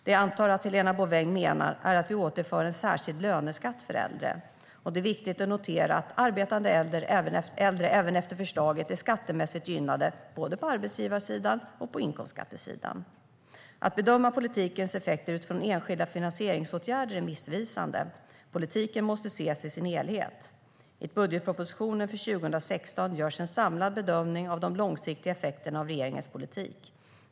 Det jag antar att Helena Bouveng menar är att vi återinför en särskild löneskatt för äldre. Det är viktigt att notera att arbetande äldre även efter förslaget är skattemässigt gynnade, både på arbetsgivarsidan och på inkomstskattesidan. Att bedöma politikens effekter utifrån enskilda finansieringsåtgärder är missvisande. Politiken måste ses i sin helhet. I budgetpropositionen för 2016 görs en samlad bedömning av de långsiktiga effekterna av regeringens politik.